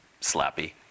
slappy